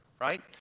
right